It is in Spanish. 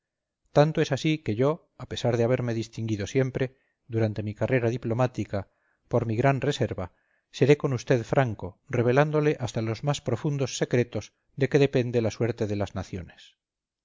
tanto es así que yo a pesar de haberme distinguido siempre durante mi carrera diplomática por mi gran reserva seré con usted franco revelándole hasta los más profundos secretos de que depende la suerte de las naciones